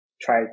try